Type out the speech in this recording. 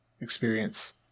Experience